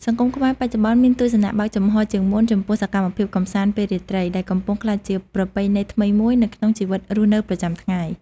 សង្គមខ្មែរបច្ចុប្បន្នមានទស្សនៈបើកចំហរជាងមុនចំពោះសកម្មភាពកម្សាន្តពេលរាត្រី ដែលកំពុងក្លាយជាប្រពៃណីថ្មីមួយនៅក្នុងជីវិតរស់នៅប្រចាំថ្ងៃ។